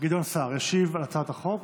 גדעון סער ישיב על הצעת החוק.